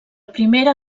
primera